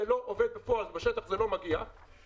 אתה לא יודע להראות תכנית בכלל.